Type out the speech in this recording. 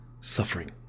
suffering